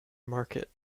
market